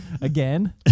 again